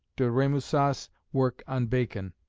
de remusat's work on bacon,